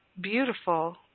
beautiful